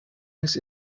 his